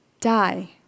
die